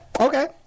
Okay